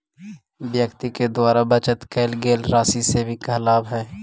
व्यक्ति के द्वारा बचत कैल गेल राशि सेविंग कहलावऽ हई